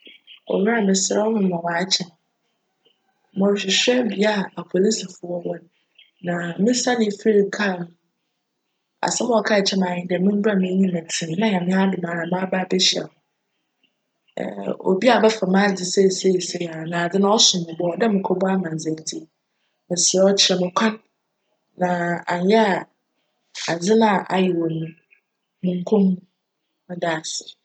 Owura meserj wo mema wo akye. Morohwehwj bea aporisifo wcwc na mesanee fir kaar mu no, asjm a wckaa kyerj me nye dj me mbra m'enyim nna Nyame n'adom mebehyia wo yi. Obi abjfa m'adze seseiara na adze no csom mo bo na cwc dj mokcbc amandzjj ntsi meserj wo kyerj me kwan na annyj a adze no a ayew no munnko hu.